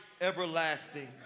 everlasting